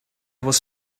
was